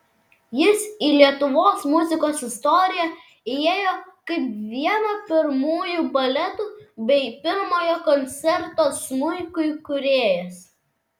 jis į lietuvos muzikos istoriją įėjo kaip vieno pirmųjų baletų bei pirmojo koncerto smuikui kūrėjas